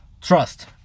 Trust